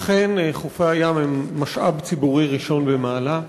אכן חופי הים הם משאב ציבורי ראשון במעלה.